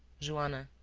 joanna,